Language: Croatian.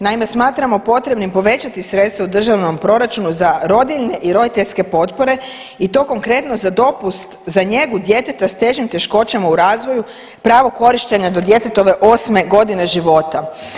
Naime, smatramo potrebnim povećati sredstva u državnom proračunu za rodiljne i roditeljske potpore i to konkretno za dopust za njegu djeteta s težim teškoćama u razvoju pravo korištenja do djetetove 8.g. života.